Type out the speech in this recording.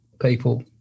people